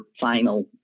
final